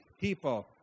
people